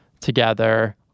together